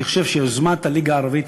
אני חושב שיוזמת הליגה הערבית,